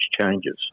changes